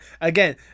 again